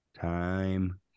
Time